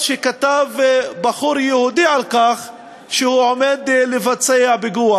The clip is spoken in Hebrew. שכתב בחור יהודי על כך שהוא עומד לבצע פיגוע.